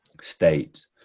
state